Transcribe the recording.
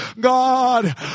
God